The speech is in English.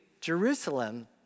jerusalem